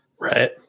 right